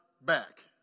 back